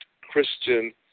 Christian